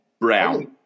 Brown